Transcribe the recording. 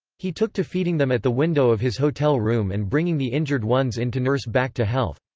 he took to feeding them at the window of his hotel room and bringing the injured ones in to nurse back to health.